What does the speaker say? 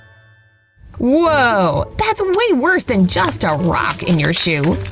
woah! that's way worse than just a rock in your shoe!